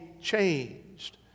changed